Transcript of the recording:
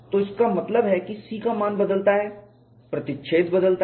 तो इसका मतलब है कि C का मान बदलता है प्रतिच्छेद बदलता है